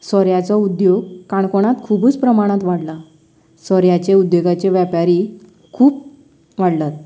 सोऱ्याचो उद्योग काणकोणांत खूबच प्रमाणांत वाडला सोऱ्याचे उद्योगाचे व्यापारी खूब वाडल्यात